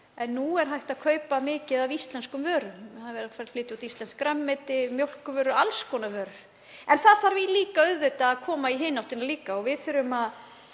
en nú er hægt að kaupa mikið af íslenskum vörum. Það er verið að flytja út íslenskt grænmeti, mjólkurvörur og alls konar vörur. En það þarf auðvitað að vera í hina áttina líka og við þurfum að